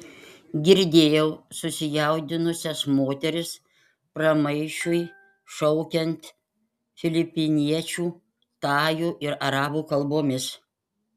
girdėjau susijaudinusias moteris pramaišiui šaukiant filipiniečių tajų ir arabų kalbomis